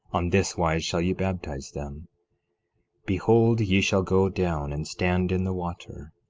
on this wise shall ye baptize them behold, ye shall go down and stand in the water,